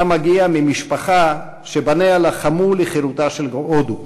אתה מגיע ממשפחה שבניה לחמו לחירותה של הודו.